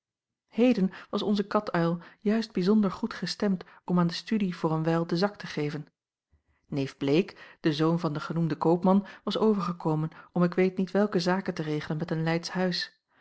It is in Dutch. heden was onze katuil juist bijzonder goed gestemd om aan de studie voor een wijl den zak te geven neef bleek de zoon van den genoemden koopman was overgekomen om ik weet niet welke zaken te regelen met een leydsch huis